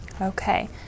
Okay